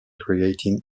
creating